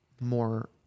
More